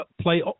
play